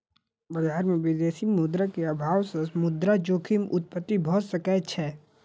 बजार में विदेशी मुद्रा के अभाव सॅ मुद्रा जोखिम उत्पत्ति भ सकै छै